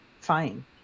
Fine